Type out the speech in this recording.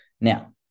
now